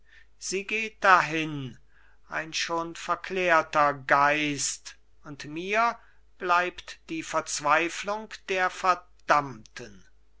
sie geht dahin ein schon verklärter geist und mir bleibt die verzweiflung der verdammten